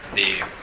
the